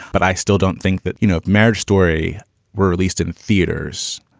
but i still don't think that, you know, marriage story were released in theaters.